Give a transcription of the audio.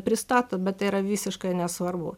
pristato bet tai yra visiškai nesvarbu